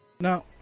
Now